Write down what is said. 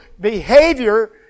behavior